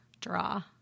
draw